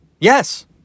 Yes